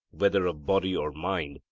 whether of body or mind,